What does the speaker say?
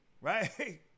right